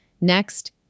Next